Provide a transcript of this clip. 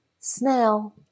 snail